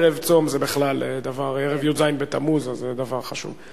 ערב צום זה בכלל דבר, ערב י"ז בתמוז, זה דבר חשוב.